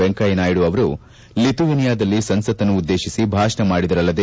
ವೆಂಕಯ್ಜನಾಯ್ಡ ಅವರು ಲಿತುವೆನಿಯಾದ ಸಂಸತ್ತನ್ನು ಉದ್ದೇಶಿಸಿ ಭಾಷಣ ಮಾಡಿದರಲ್ಲದೆ